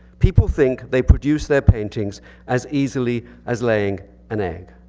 people think they produce their paintings as easily as laying an egg.